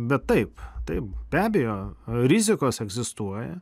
bet taip taip be abejo rizikos egzistuoja